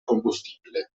combustibile